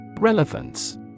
Relevance